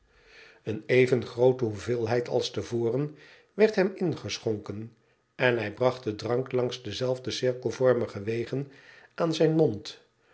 ëene even groote hoeveelheid als te voren werd hem ingeschonken en hij bracht den drank langs dezelfde cirkelvormige wegen aan zijn mond